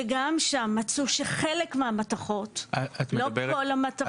וגם שם מצאו שחלק מהמתכות לא כל המתכות.